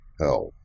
hell